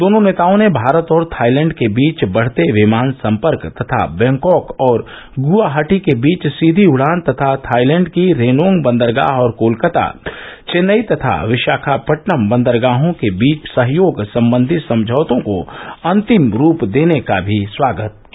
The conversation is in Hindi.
दोनों नेताओं ने भारत और थाईलैंड के बीच बढ़ते विमान संपर्क तथा बैंकॉक और गुवाहाटी के बीच सीधी उड़ान तथा थाईलैंड की रेनोंग बंदरगाह और कोलकाता चेन्नई तथा विशाखापट्नम बंदरगाहों के बीच सहयोग संबंधी समझौतों को अंतिम रूप देने का भी स्वागत किया